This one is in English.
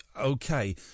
okay